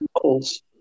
goals